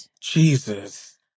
Jesus